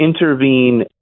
intervene